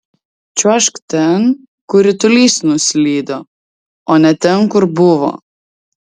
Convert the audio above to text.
čiuožk ten kur ritulys nuslydo o ne ten kur buvo